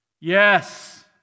Yes